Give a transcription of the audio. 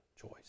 choice